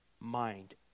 mind